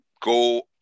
go